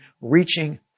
reaching